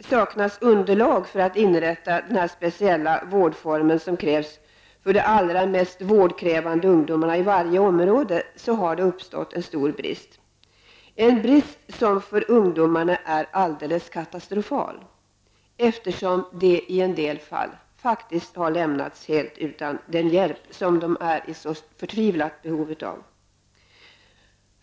saknas underlag för att inrätta den speciella vårdform som krävs för de allra mest vårdkrävande ungdomarna i varje område, har det uppstått en stor brist -- brist som för ungdomarna är alldeles katastrofal, eftersom de i en del fall faktiskt har lämnats utan den hjälp som de är i så förtvivlat behov av.